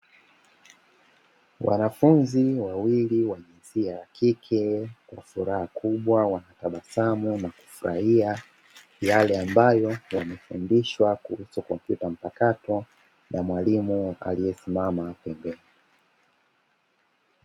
Wanafunzi wawili wa jinsia ya kike, kwa furaha kubwa wakitabasamu na kufurahia yale ambayo yamefundishwa kuhusu kompyuta mpakato na mwalimu aliyesimama pembeni.